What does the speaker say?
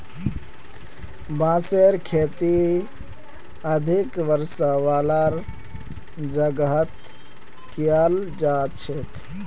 बांसेर खेती अधिक वर्षा वालार जगहत कियाल जा छेक